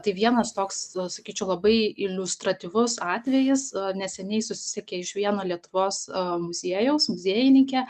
tai vienas toks sakyčiau labai iliustratyvus atvejis neseniai susisiekė iš vieno lietuvos muziejaus muziejininkė